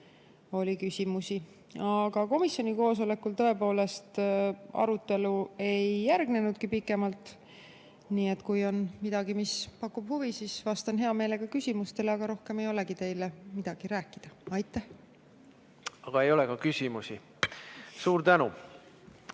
kohta. Aga komisjoni koosolekul tõepoolest arutelu ei järgnenudki pikemalt. Nii et kui on midagi, mis pakub huvi, siis vastan hea meelega küsimustele, aga rohkem ei olegi teile midagi rääkida. Aitäh! Aga ei ole ka küsimusi. Suur tänu!